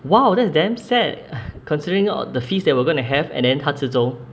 !wow! that's damn sad considering all the feast that we're going to have and then 他吃粥